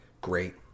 great